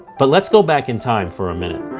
but let's go back in time for a minute.